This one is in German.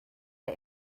der